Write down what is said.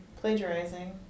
plagiarizing